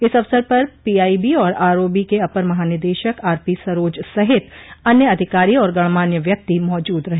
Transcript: इस अवसर पर पीआईबी और आरओबी के अपर महानिदेशक आरपीसरोज सहित अन्य अधिकारी और गणमान्य व्यक्ति मौजूद रहे